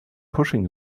pushing